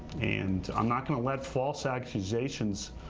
and i'm not going to let false accusations,